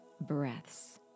breaths